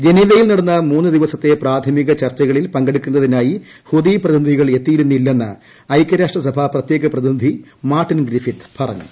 ജനീവയിൽ പ്രാഥമിക ചർച്ചകളിൽ പങ്കെടുക്കുന്നിത്രനായി ഹുതി പ്രതിനിധികൾ എത്തിയിരുന്നില്ലെന്ന് ഐക്യരാഷ്ട്രിസ്ട് പ്രത്യേക പ്രതിനിധി മാർട്ടിൻ ഗ്രിഫിത്സ് പറഞ്ഞു